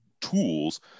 tools